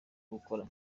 gukora